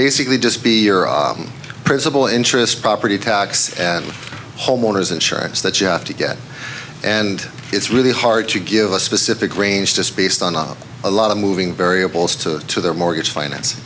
basically just be principal interest property tax and homeowners insurance that you have to get and it's really hard to give a specific range just based on a lot of moving variables to their mortgage finance